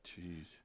Jeez